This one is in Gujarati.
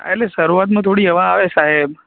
હા એટલે શરૂઆતમાં થોડી હવા આવે સાહેબ